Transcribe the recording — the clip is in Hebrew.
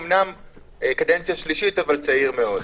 אמנם קדנציה שלישית, אבל צעיר מאוד.